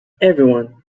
everyone